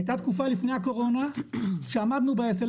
הייתה תקופה לפני הקורונה שעמדנו ב-SLA